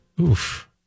Oof